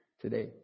today